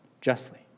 justly